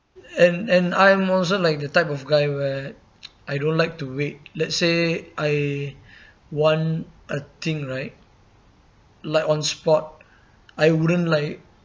and and I'm also like the type of guy where I don't like to wait let's say I want a thing right like on spot I wouldn't like